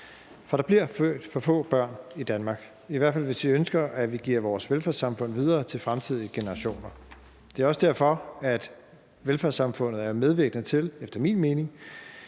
For der bliver født for få børn i Danmark, i hvert fald hvis vi ønsker at give vores velfærdssamfund videre til fremtidige generationer. Det er også derfor, at velfærdssamfundet er medvirkende til, efter min mening,